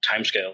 timescales